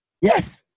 yes